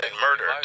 murdered